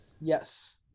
Yes